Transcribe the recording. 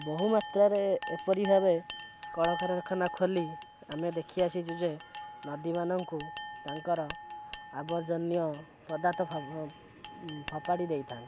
ବହୁମାତ୍ରାରେ ଏପରି ଭାବେ କଳକାରଖାନା ଖୋଲି ଆମେ ଦେଖିଆସିଛୁ ଯେ ନଦୀମାନଙ୍କୁ ତାଙ୍କର ଆବର୍ଜନୀୟ ପଦାର୍ଥ ଫୋପାଡ଼ି ଦେଇଥାନ୍ତି